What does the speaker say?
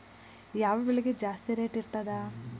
ಯಾವ ಬೆಳಿಗೆ ಜಾಸ್ತಿ ರೇಟ್ ಇರ್ತದ?